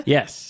Yes